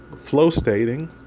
flow-stating